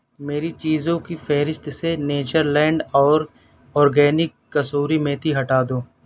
میری چیزوں کی فہرست سے نیچر لینڈ اور آرگینکس کسوری میتھی ہٹا دو